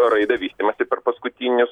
raidą vystymąsi per paskutinius